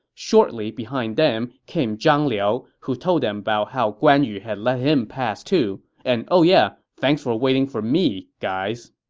shortly behind them came zhang liao, who told them about how guan yu had let him pass, too, and oh yeah, thanks for waiting for me, guys.